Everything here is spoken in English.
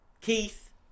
Keith